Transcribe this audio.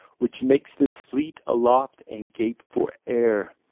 which makes them fleet aloft and gape for air.